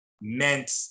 meant